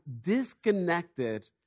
disconnected